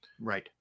Right